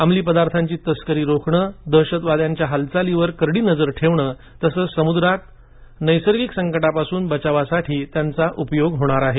अंमली पदार्थांची तस्करी रोखणं दहशतवाद्यांच्या हालचालींवर करडी नजर ठेवणे तसंच समुद्रात उद्भवणाऱ्या नैसर्गिक संकटांपासून बचावसाठी त्यांचा उपयोग होणार आहे